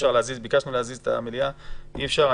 ביקשנו להזיז את המליאה ואי אפשר.